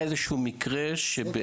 ישיבת הוועדה מוקלטת ומשודרת,